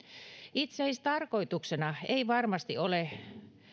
itsetarkoituksena ei varmasti ole